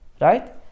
right